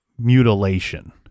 mutilation